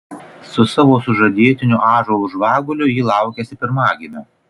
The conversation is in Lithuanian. su savo sužadėtiniu ąžuolu žvaguliu ji laukiasi pirmagimio